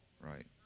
Right